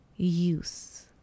use